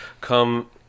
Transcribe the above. come